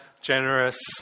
generous